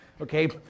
okay